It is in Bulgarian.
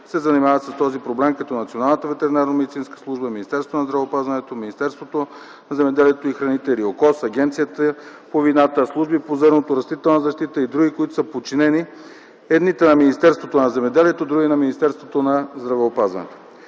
се занимават с този проблем, като Националната ветеринарно-медицинска служба, Министерството на здравеопазването, Министерството на земеделието и храните, РИОКОЗ, Агенцията по вината, служби по зърното и други, които са подчинени – едните на Министерството на земеделието, други на Министерството на здравеопазването.